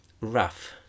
rough